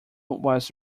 was